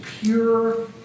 pure